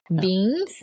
Beans